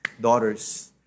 daughters